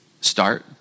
start